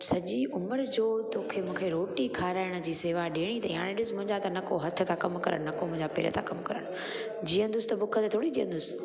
सॼी उमिरि जो तोखे मूंखे रोटी खाराइण जी सेवा ॾियणी अथई हाणे ॾिस मुंहिंजा त न को हथु तव्हां कमु करनि न को मुंहिंजा पेर था कमु करनि जीअंदुसि त भूख ते थोरी जीअंदुसि